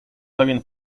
pewien